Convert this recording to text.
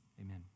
amen